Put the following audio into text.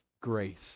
grace